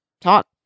talk